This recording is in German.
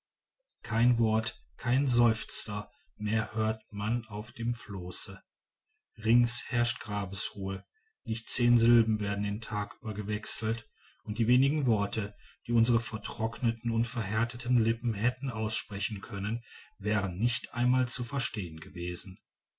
kein wort keinen seufzer mehr hört man auf dem flosse rings herrscht grabesruhe nicht zehn sylben werden den tag über gewechselt und die wenigen worte die unsere vertrockneten und verhärteten lippen hätten aussprechen können wären nicht einmal zu verstehen gewesen